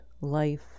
life